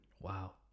Wow